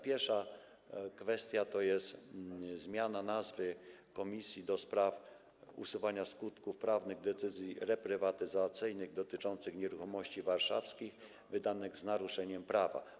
Pierwsza kwestia to jest zmiana nazwy Komisji do spraw usuwania skutków prawnych decyzji reprywatyzacyjnych dotyczących nieruchomości warszawskich, wydanych z naruszeniem prawa.